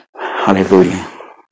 Hallelujah